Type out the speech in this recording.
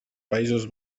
països